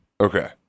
Okay